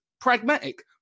Pragmatic